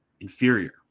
Inferior